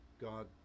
God